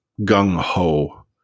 gung-ho